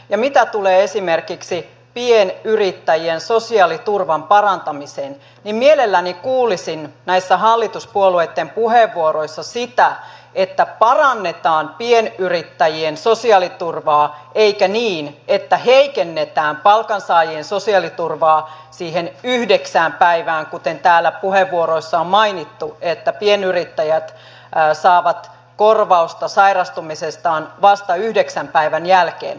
ja mitä tulee esimerkiksi pienyrittäjien sosiaaliturvan parantamiseen mielelläni kuulisin näissä hallituspuolueitten puheenvuoroissa sitä että parannetaan pienyrittäjien sosiaaliturvaa eikä sitä että heikennetään palkansaajien sosiaaliturvaa siihen yhdeksään päivään kuten täällä puheenvuoroissa on mainittu että pienyrittäjät saavat korvausta sairastumisestaan vasta yhdeksän päivän jälkeen